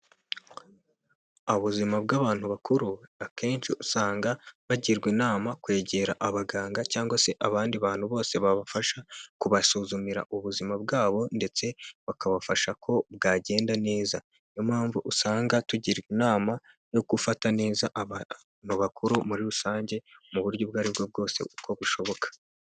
Ubuzima bw'abantu bakuru, akenshi usanga bagirwa inama kwegera abaganga cyangwa se abandi bantu bose babafasha kubasuzumira ubuzima bwabo, ndetse bakabafasha ko bwagenda neza, ni yo mpamvu usanga tugirwa inama yo gufata neza abantu bakuru muri rusange, mu buryo ubwo ari bwo bwose uko bushoboka.